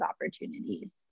opportunities